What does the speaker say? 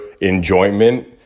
enjoyment